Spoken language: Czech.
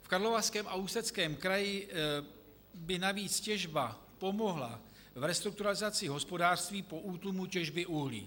V Karlovarském a Ústeckém kraji by navíc těžba pomohla v restrukturalizaci hospodářství po útlumu těžby uhlí.